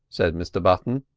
said mr button,